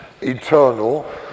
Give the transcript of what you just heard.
eternal